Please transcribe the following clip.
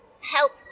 help